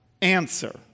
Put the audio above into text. answer